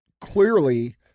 clearly